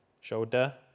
shoulder